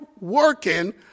working